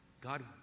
God